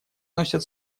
носят